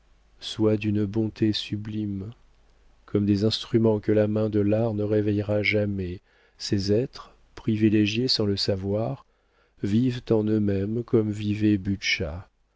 soit d'une bonté sublime comme des instruments que la main de l'art ne réveillera jamais ces êtres privilégiés sans le savoir vivent en eux-mêmes comme